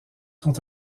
sont